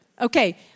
Okay